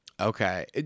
Okay